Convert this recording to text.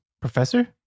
Professor